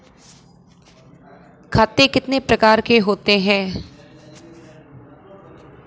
खाते कितने प्रकार के होते हैं?